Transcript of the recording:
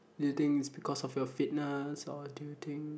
do you think it's because of your fitness or do you think